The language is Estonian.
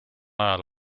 ajal